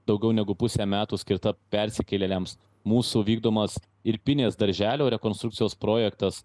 daugiau negu pusę metų skirtą persikėlėliams mūsų vykdomas ir pinės darželio rekonstrukcijos projektas